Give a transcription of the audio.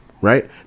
Right